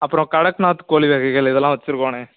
அப்புறோம் கடக்நாத் கோழி வகைகள் இதெலாம் வச்சிருக்கோண்ணே